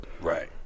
right